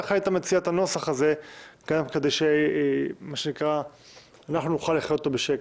איך היית מציע את הנוסח כדי שנוכל לחיות אתו בשקט?